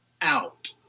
out